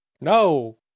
No